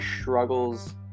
struggles